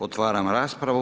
Otvaram raspravu.